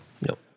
Nope